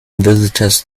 visitors